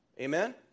Amen